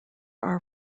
are